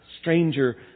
stranger